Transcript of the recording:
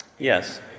Yes